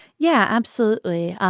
yeah. absolutely.